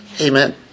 Amen